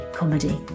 comedy